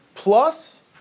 Plus